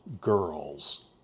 girls